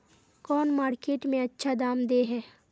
कौन मार्केट में अच्छा दाम दे है?